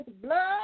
blood